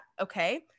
okay